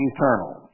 Eternal